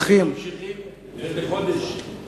הנושא הבא: שאילתות לסגנית שר התעשייה,